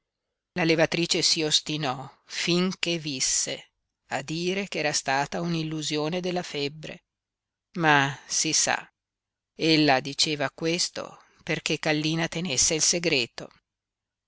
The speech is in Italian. levatrice si ostinò finché visse a dire ch'era stata un'illusione della febbre ma si sa ella diceva questo perché kallina tenesse il segreto